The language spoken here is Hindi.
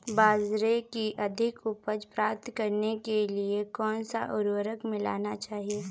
बाजरे की अधिक उपज प्राप्त करने के लिए कौनसा उर्वरक मिलाना चाहिए?